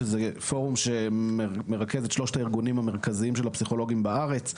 שזה פורום שמרכז את שלושת הארגונים המרכזיים של הפסיכולוגים בארץ,